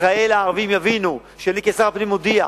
ישראל הערבים יבינו שאני כשר הפנים מודיע,